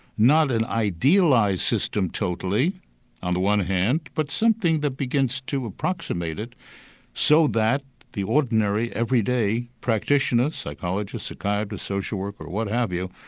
not an idealised system totally on the one hand but something that begins to approximate it so that the ordinary everyday practitioner, psychologist, psychiatrist, social worker or what have you,